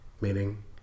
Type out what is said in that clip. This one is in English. Meaning